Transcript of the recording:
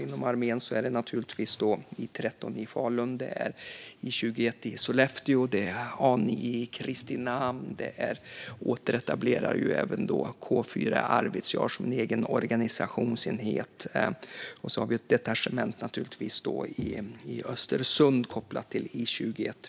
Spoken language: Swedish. Inom armén handlar det om I 13 i Falun, I 21 i Sollefteå och A 9 i Kristinehamn. Vi återetablerar även K 4 i Arvidsjaur som en egen organisationsenhet. I Östersund har vi ett detachement kopplat till I 21.